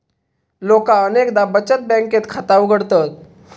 लोका अनेकदा बचत बँकेत खाता उघडतत